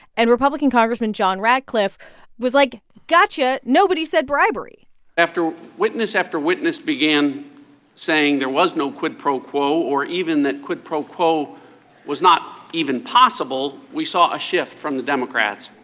and republican congressman john ratcliffe was like, gotcha, nobody said bribery after witness after witness began saying there was no quid pro quo or even that quid pro quo was not even possible, we saw a shift from the democrats.